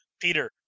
Peter